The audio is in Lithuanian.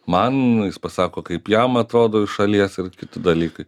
man jis pasako kaip jam atrodo iš šalies ir kiti dalykai